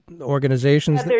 organizations